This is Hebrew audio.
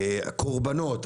קורבנות,